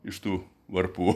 iš tų varpų